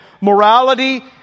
morality